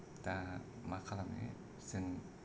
दा मा खालामो जों